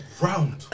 round